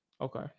Okay